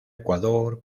ecuador